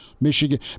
Michigan